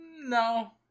No